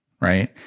right